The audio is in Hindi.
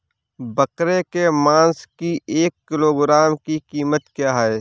बकरे के मांस की एक किलोग्राम की कीमत क्या है?